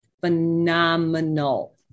Phenomenal